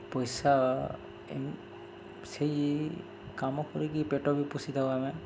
ପଇସା ସେଇ କାମ କରିକି ପେଟ ବି ପୋଷିଥାଉ ଆମେ